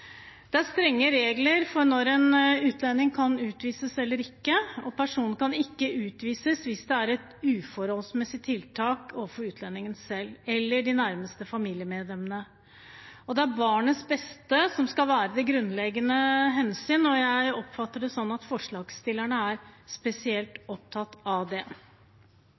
Det er strenge regler for når en utlending kan utvises eller ikke, og personer kan ikke utvises hvis det er et uforholdsmessig tiltak overfor utlendingen selv eller de nærmeste familiemedlemmene. Det er barnets beste som skal være det grunnleggende hensynet, og jeg oppfatter det slik at forslagsstillerne er spesielt opptatt av det.